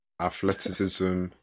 athleticism